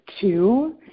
two